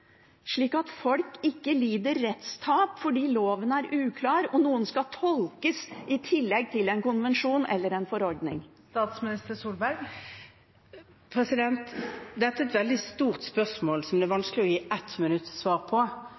slik at folk ikke lider rettstap fordi loven er uklar og noen skal tolkes i tillegg til en konvensjon eller en forordning? Dette er et veldig stort spørsmål som det er vanskelig å gi ett minutts svar på: